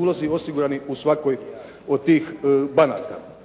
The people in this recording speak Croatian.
ulozi osigurani u svakoj od tih banaka.